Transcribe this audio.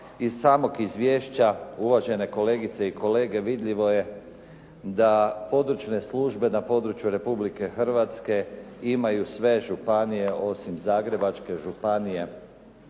iz samog izvješća uvažene kolegice i kolege vidljivo je da područne službe na području Republike Hrvatske imaju sve županije osim Zagrebačke županije